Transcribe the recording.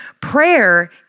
Prayer